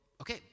Okay